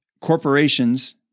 corporations